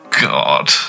God